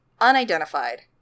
unidentified